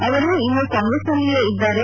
ಅವರು ಇನ್ನೂ ಕಾಂಗ್ರೆಸ್ ನಲ್ಲಿಯೇ ಇದ್ದಾರೆ